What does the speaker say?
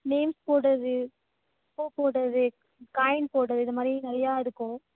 names போட்டது பூ போட்டது காயின் போட்டது இது மாதிரி நிறையா இருக்கும்